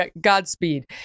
Godspeed